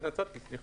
התנצלתי, סליחה.